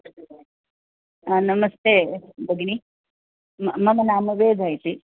नमस्ते भगिनि मम नाम वेदा इति